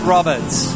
Roberts